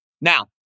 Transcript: Now